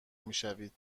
میشوید